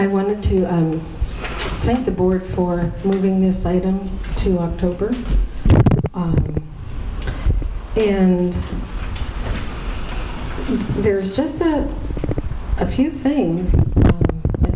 i wanted to thank the board for moving this item to october and there's just a few things i